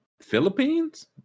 Philippines